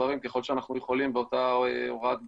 הדברים ככל שאנחנו יכולים באותה הוראת ביצוע.